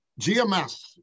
GMS